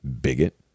Bigot